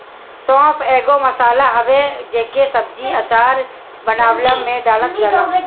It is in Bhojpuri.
सौंफ एगो मसाला हवे जेके सब्जी, अचार बानवे में डालल जाला